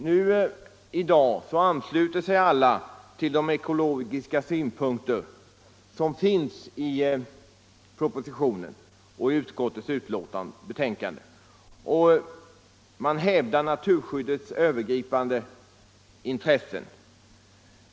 I dag ansluter sig alla till de ekologiska synpunkter som finns i propositionen och i utskottets betänkande och man hävdar naturskyddets övergripande intressen.